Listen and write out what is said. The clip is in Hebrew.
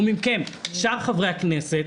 ומכם שאר חברי הכנסת,